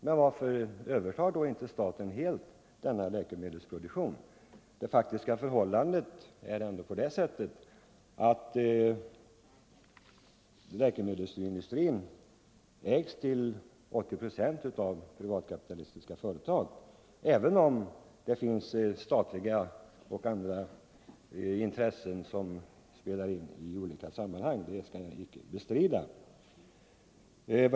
Men varför övertar då inte staten helt läkemedelsproduktionen? Läkemedelsindustrin ägs faktiskt till 80 procent av privatkapitalistiska företag, även om också staten har intresse i den — det skall jag icke bestrida.